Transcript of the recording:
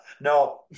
no